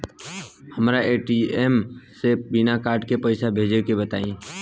हमरा ए.टी.एम से बिना कार्ड के पईसा भेजे के बताई?